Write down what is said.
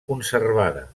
conservada